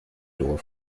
door